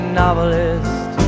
novelist